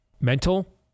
mental